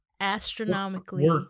astronomically